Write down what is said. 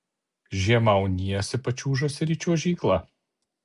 žiemą auniesi pačiūžas ir į čiuožyklą